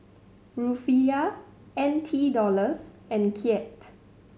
Rufiyaa N T Dollars and Kyat